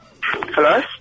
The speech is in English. Hello